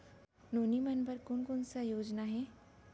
नोनी मन बर कोन कोन स योजना हे?